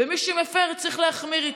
ומי שמפר, צריך להחמיר איתו.